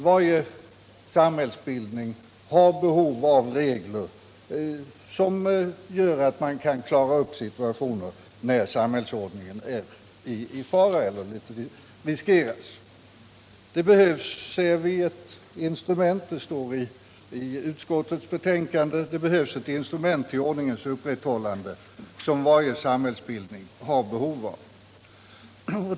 Varje samhällsbildning har behov av regler, som gör att man kan klara upp situationer när samhällsordningen är i fara. I utskottets betänkande står att det behövs ett instrument till ordningens upprätthållande, något som varje samhällsbildning har behov av.